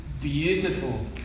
beautiful